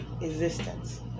existence